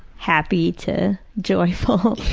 happy to joyful.